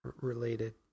related